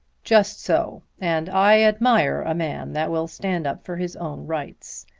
just so and i admire a man that will stand up for his own rights.